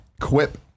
Quip